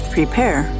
Prepare